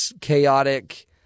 chaotic